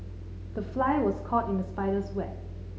the fly was caught in the spider's web